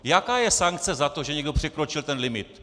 Jaká je sankce za to, že někdo překročil ten limit?